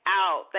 out